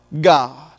God